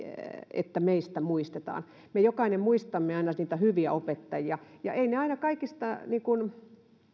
että meidät muistetaan me jokainen muistamme aina niitä hyviä opettajia vaikka eivät he aina kaikista